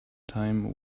time